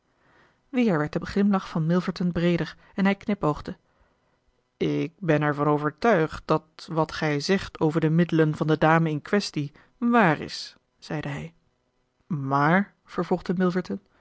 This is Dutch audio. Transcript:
weer werd de glimlach van milverton breeder en hij knipoogde ik ben er van overtuigd dat wat gij zegt over de middelen van de dame in quaestie waar is zeide hij maar vervolgde